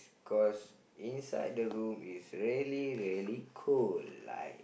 cause inside the room is very very cold like